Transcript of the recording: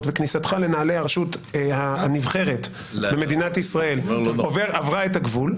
וכניסתך לנעלי הרשות הנבחרת במדינת ישראל עברה את הגבול,